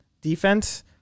defense